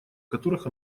которых